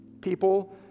people